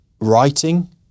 Writing